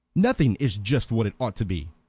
nothing is just what it ought to be.